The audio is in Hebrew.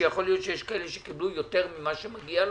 שיכול להיות שיש כאלה שקיבלו יותר ממה שמגיע להם,